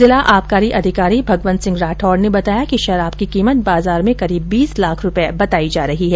जिला आबकारी अधिकारी भगवंत सिंह राठौड़ ने बताया कि शराब की कीमत बाजार में करीब बीस लाख रुपए की बताई जा रही हैं